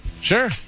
Sure